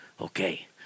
Okay